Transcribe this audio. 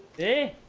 the